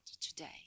today